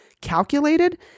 calculated